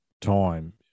time